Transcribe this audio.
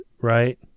right